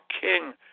King